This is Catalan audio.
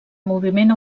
moviment